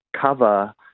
cover